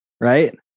right